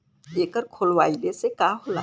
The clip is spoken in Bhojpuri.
एकर खोलवाइले से का होला?